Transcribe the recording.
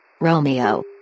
Romeo